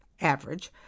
average